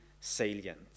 salient